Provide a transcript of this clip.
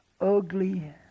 ugly